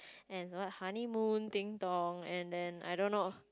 and what honeymoon ding-dong and then I don't know